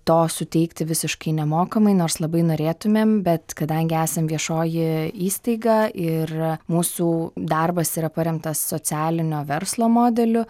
to suteikti visiškai nemokamai nors labai norėtumėm bet kadangi esam viešoji įstaiga ir mūsų darbas yra paremtas socialinio verslo modeliu